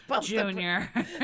Junior